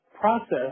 process